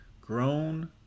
grown